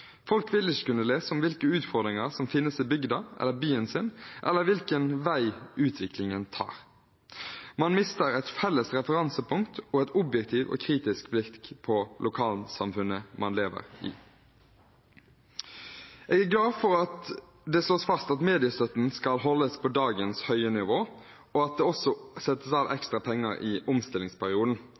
Folk vil ikke kunne lese om hvilke utfordringer som finnes i bygda eller byen sin, eller hvilken vei utviklingen tar. Man mister et felles referansepunkt og et objektivt og kritisk blikk på lokalsamfunnet man lever i. Jeg er glad for at det slås fast at mediestøtten skal holdes på dagens høye nivå, og at det også settes av ekstra penger i omstillingsperioden.